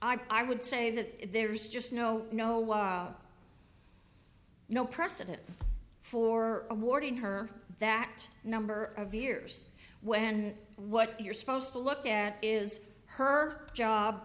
s i would say that there is just no no one no precedent for awarding her that number of years when what you're supposed to look at is her